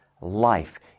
life